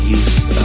use